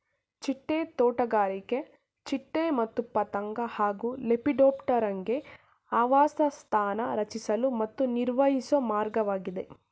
ಚಿಟ್ಟೆ ತೋಟಗಾರಿಕೆ ಚಿಟ್ಟೆ ಮತ್ತು ಪತಂಗ ಹಾಗೂ ಲೆಪಿಡೋಪ್ಟೆರಾನ್ಗೆ ಆವಾಸಸ್ಥಾನ ರಚಿಸಲು ಮತ್ತು ನಿರ್ವಹಿಸೊ ಮಾರ್ಗವಾಗಿದೆ